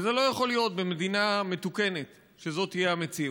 וזה לא יכול להיות שבמדינה מתוקנת זו המציאות.